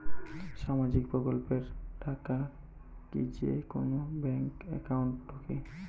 সামাজিক প্রকল্পের টাকা কি যে কুনো ব্যাংক একাউন্টে ঢুকে?